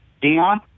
Dion